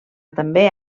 també